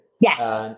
Yes